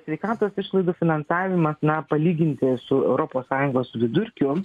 sveikatos išlaidų finansavimas na palyginti su europos sąjungos vidurkiu